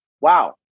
wow